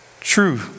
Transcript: true